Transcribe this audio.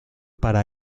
para